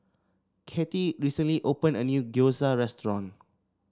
Cathie recently opened a new Gyoza Restaurant